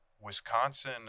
Wisconsin